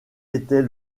était